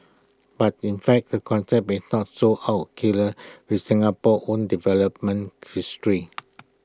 but in fact the concept is not so out killer with Singapore own development history